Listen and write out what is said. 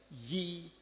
ye